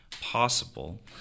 possible